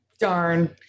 Darn